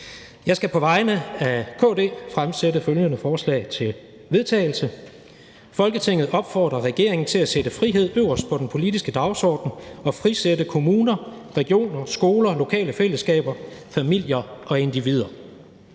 Jeg skal på vegne af KD fremsætte følgende forslag til vedtagelse: Forslag til vedtagelse »Folketinget opfordrer regeringen til at sætte frihed øverst på den politiske dagsorden og frisætte kommuner, regioner, skoler, lokale fællesskaber, familier og individer.